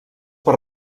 per